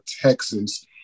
Texas